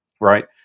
right